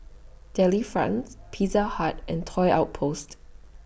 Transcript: Delifrance Pizza Hut and Toy Outpost